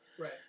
Right